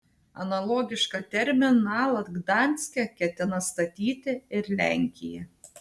analogišką terminalą gdanske ketina statyti ir lenkija